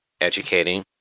educating